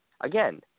Again